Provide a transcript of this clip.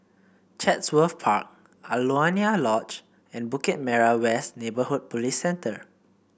Chatsworth Park Alaunia Lodge and Bukit Merah West Neighbourhood Police Centre